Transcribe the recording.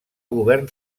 govern